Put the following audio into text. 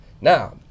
Now